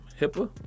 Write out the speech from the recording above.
HIPAA